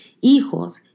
Hijos